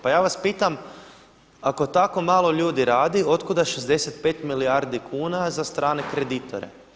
Pa ja vas pitam, ako tako malo ljudi radi od kuda 65 milijardi kuna za strane kreditore?